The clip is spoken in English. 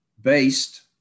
based